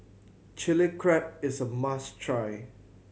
Chilli Crab is a must try